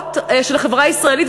הסמטאות של החברה הישראלית,